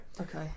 Okay